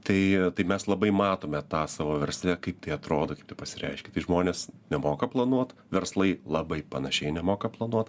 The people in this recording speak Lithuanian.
tai tai mes labai matome tą savo versle kaip tai atrodo kaip tai pasireiškia kai žmonės nemoka planuot verslai labai panašiai nemoka planuot